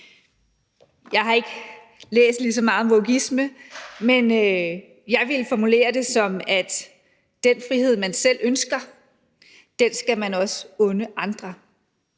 Jeg har ikke læst lige så meget om wokeisme, men jeg ville formulere det som, at den frihed, man selv ønsker, skal man også unde andre.